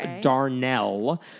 Darnell